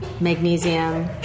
magnesium